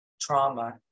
trauma